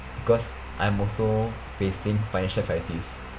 because I'm also facing financial crises